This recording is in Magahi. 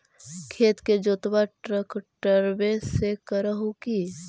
खेत के जोतबा ट्रकटर्बे से कर हू की?